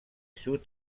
sous